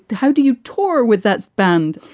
how do you tour with that band?